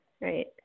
right